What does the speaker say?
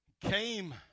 came